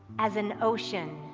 as an ocean